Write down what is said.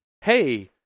hey